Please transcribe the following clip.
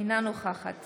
אינה נוכחת